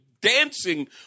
dancing